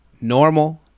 Normal